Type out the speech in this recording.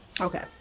Okay